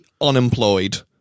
unemployed